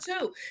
two